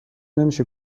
نمیشه